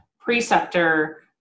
preceptor